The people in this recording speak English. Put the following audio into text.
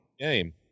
game